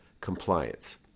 compliance